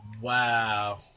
Wow